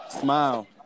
Smile